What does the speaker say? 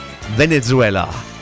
Venezuela